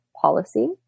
policy